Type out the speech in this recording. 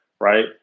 right